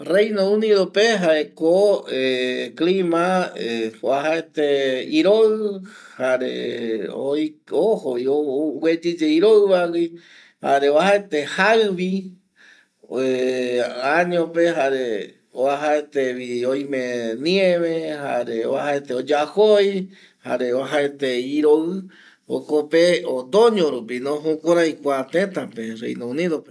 Reino Unidope jaeko clima jare oajaete iroi jare ojovi ogueyiye iroivagui jarfe oajaeteye jaivi añope jare oajaetevi oime nieve jare oajaete oyajoi jare oajaete iroɨ jokope otoño rupino jukurai kua tëtape Reino Unidope